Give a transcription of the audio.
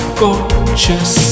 gorgeous